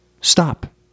stop